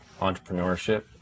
entrepreneurship